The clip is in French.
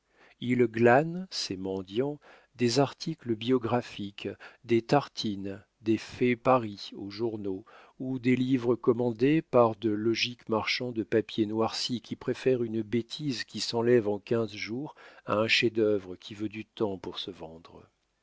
ils glanent ces mendiants des articles biographiques des tartines des faits paris aux journaux ou des livres commandés par de logiques marchands de papier noirci qui préfèrent une bêtise qui s'enlève en quinze jours à un chef-d'œuvre qui veut du temps pour se vendre